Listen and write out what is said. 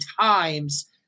times